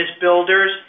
builders